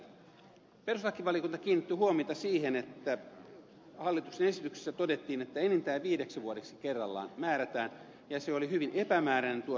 perustuslakivaliokunta kiinnitti huomiota siihen että hallituksen esityksessä todettiin että enintään viideksi vuodeksi kerrallaan määrätään ja se oli hyvin epämääräinen tuo säännös